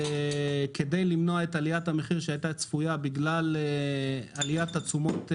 כדי למנוע את עליית המחיר שהייתה צפויה בגלל עליית התשומות,